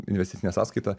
investicine sąskaita